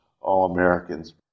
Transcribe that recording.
All-Americans